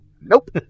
Nope